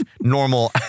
normal